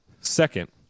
Second